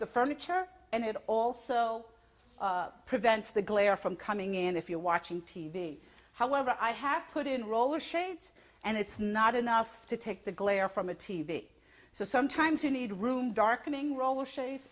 the furniture and it also prevents the glare from coming in if you're watching t v however i have put in roll shades and it's not enough to take the glare from a t v so sometimes you need room darkening roll